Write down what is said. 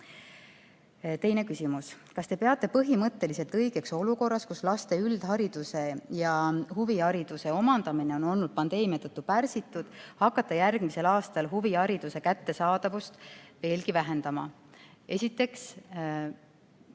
küsimus: "Kas Te peate põhimõtteliselt õigeks olukorras, kus laste üldhariduse ja huvihariduse omandamine on olnud pandeemia tõttu pärsitud, hakata järgmisel aastal huvihariduse kättesaadavust veelgi vähendama?" Esiteks,